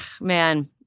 man